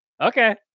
Okay